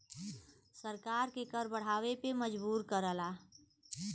सरकार के कर बढ़ावे पे मजबूर करला